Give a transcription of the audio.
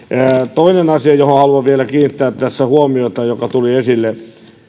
toinen asia johon haluan vielä kiinnittää tässä huomiota ja joka tuli esille